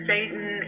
Satan